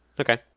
okay